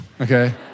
okay